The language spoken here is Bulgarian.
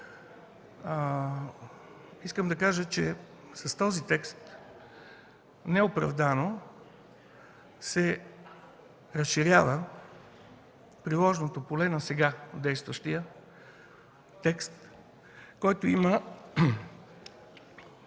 Искам да кажа, че с този текст неоправдано се разширява приложното поле на сега действащия текст, в който има